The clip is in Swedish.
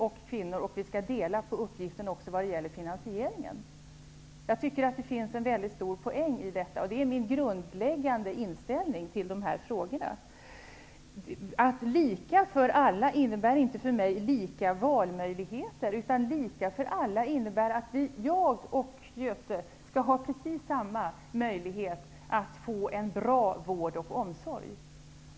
Vi skall också dela på uppgiften när det gäller finansieringen. Det finns en mycket stor poäng i detta. Det är min grundläggande inställning till dessa frågor. Begreppet ''lika för alla'' innebär för mig inte lika valmöjligheter. Det innebär i stället att t.ex. jag och Göte Jonsson skall ha precis samma möjlighet att få en bra vård och omsorg.